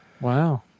wow